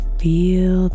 feel